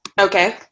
Okay